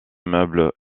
meubles